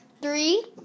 Three